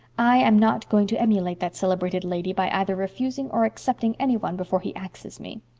i am not going to emulate that celebrated lady by either refusing or accepting any one before he axes me.